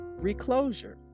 reclosure